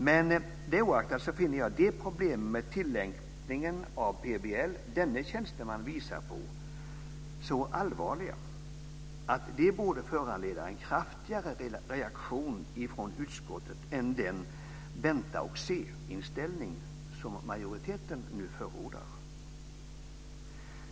Men det oaktat finner jag att de problem med tillämpning av PBL som denne tjänsteman visar på är så allvarliga att de borde föranleda en kraftfullare reaktion från utskottet än den vänta-och-se-inställning som majoriteten nu förordar.